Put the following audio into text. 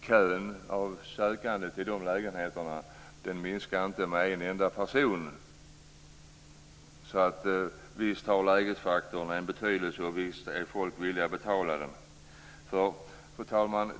Kön av sökande till de lägenheterna minskade inte med en enda person. Visst har lägesfaktorn en betydelse. Visst är folk villiga att betala för läget. Fru talman!